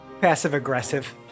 Passive-aggressive